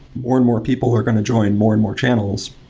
more and more people are going to join more and more channels.